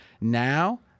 Now